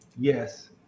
yes